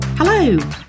Hello